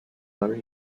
very